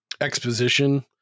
exposition